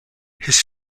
his